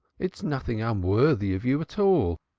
it's nothing unworthy of you at all.